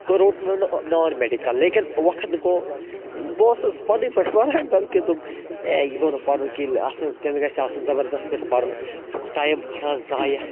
نان medical لیکِن وقت گوٚو بہٕ اوسُس پَنٕنۍ پٲٹھۍ پَران گرکیو دوٚپ ہے یہِ گوٚو نہٕ پَرُن کیٚنٛہہ ییٚلہِ اَصٕل تیٚلہِ گژھِ آسُن زَبَردَس پٲٹھۍ پَرُن ژُکھ ٹایم کَران زایہِ